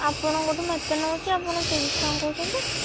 ଆପଣଙ୍କଠୁ ମୁଁ ଏତେ ନେଉଛି ଆପଣ ତିରିଶ ଟଙ୍କା କହୁଛନ୍ତି